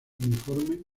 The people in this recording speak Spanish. uniforme